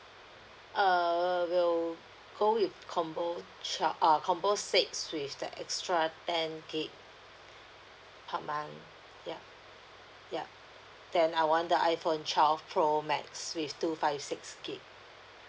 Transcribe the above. err will go with combo twel~ uh combo six with the extra ten gig per month yeah yeah then I want the iphone twelve pro max with two five six gig